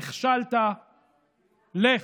נכשלת, לך.